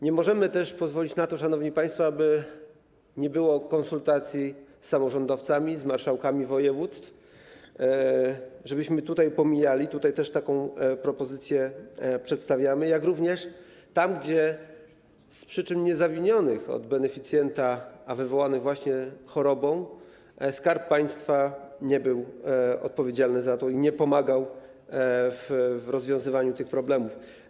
Nie możemy też pozwolić na to, szanowni państwo, aby nie było konsultacji z samorządowcami, z marszałkami województw, żebyśmy to pomijali, też taką propozycję przedstawiamy, jak również na to, by tam, gdzie z przyczyn niezawinionych przez beneficjenta, a wywołanych właśnie chorobą, Skarb Państwa nie był za to odpowiedzialny i nie pomagał w rozwiązywaniu tych problemów.